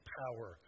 power